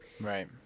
Right